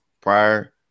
prior